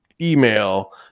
email